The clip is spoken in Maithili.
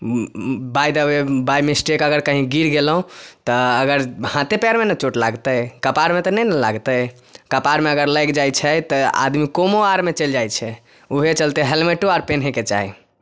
by the way by mistake अगर कहीँ गिर गेलहुँ तऽ अगर हाथे पैरमे ने चोट लागतै कपारमे तऽ नहि ने लागतै कपारमे अगर लागि जाइ छै तऽ आदमी कोमो आरमे चल जाइ छै उएह चलते हैलमेटो अर पहिनेके चाही